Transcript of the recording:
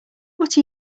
what